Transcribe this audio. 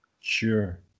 Sure